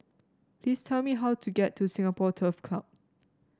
please tell me how to get to Singapore Turf Club